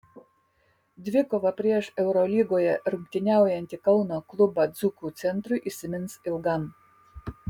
dvikova prieš eurolygoje rungtyniaujantį kauno klubą dzūkų centrui įsimins ilgam